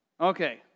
Okay